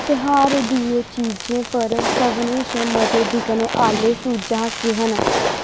त्यहार दियें चीजें पर सभनें शा मते बिकने आह्ले सुझाऽ केह् न